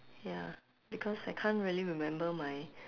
ya because I can't really remember my